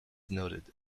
noted